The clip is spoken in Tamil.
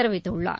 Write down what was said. தெரிவித்துள்ளார்